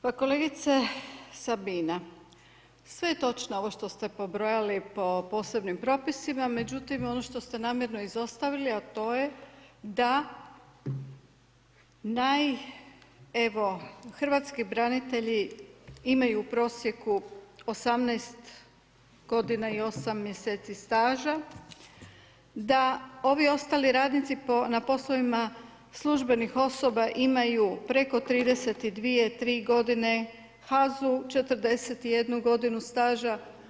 Pa kolegice Sabina, sve je točno ovo što ste pobrojali po posebnim propisima međutim ono što ste namjerno izostavili a to je da naj evo hrvatski branitelji imaju u prosjeku 18 g. i 8 mj. staža, da ovi ostali radnici na poslovima službenih osoba imaju preko 32, 33 g., HAZU 41 g. staža.